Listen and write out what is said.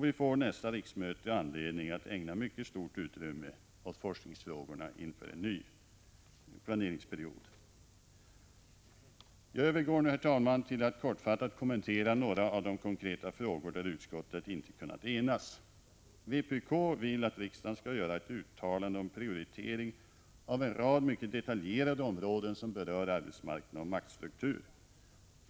Vi får nästa riksmöte anledning att ägna mycket stort utrymme åt forskningsfrågorna inför en ny planeringsperiod. Jag övergår nu till att kortfattat kommentera några av de konkreta frågor där utskottet inte har kunnat enas. Vpk vill att riksdagen skall göra ett uttalande om prioritering av en rad mycket detaljerade områden som berör arbetsmarknad och maktstruktur.